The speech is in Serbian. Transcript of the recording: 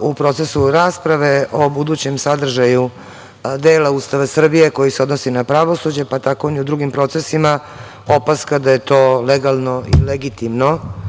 u procesu rasprave o budućem sadržaju dela Ustava Srbije koji se odnosi na pravosuđe, pa tako ni u drugim procesima, opaska da je to legalno i legitimno